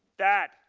that,